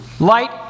Light